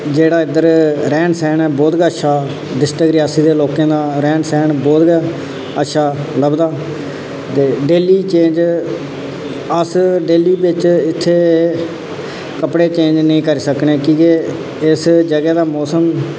जेह्ड़ा इद्धर रैह्न सैह्न ऐ बहुत गै अच्छा डिस्ट्रिक्ट रियासी दे लोकें दा रैहन सैहन बहुत गै अच्छा लभदा ते डेली चेंज अस डेली बिच इत्थै कपड़े चेंज नी करी सकने की के इस जगह दा मौसम